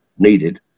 needed